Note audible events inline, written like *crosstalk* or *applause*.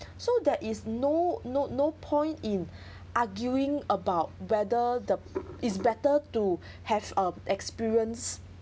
*breath* so there is no no no point in *breath* arguing about whether the is better to have a experience